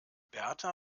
berta